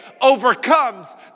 overcomes